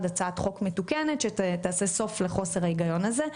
הצעת חוק מתוקנת שתעשה סוף לחוסר ההיגיון הזה.